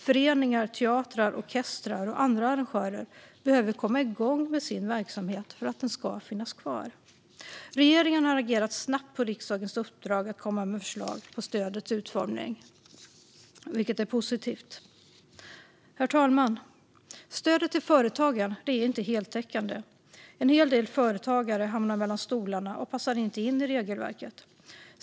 Föreningar, teatrar, orkestrar och andra arrangörer behöver komma igång med sin verksamhet för att den ska finnas kvar. Regeringen har agerat snabbt på riksdagens uppdrag att komma med förslag på stödets utformning, vilket är positivt. Herr talman! Stödet till företagen är inte heltäckande. En hel del företagare hamnar mellan stolarna och passar inte in i regelverket.